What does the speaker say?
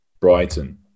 Brighton